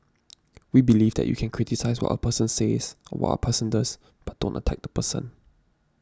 we believe that you can criticise what a person says or what a person does but don't attack the person